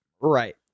right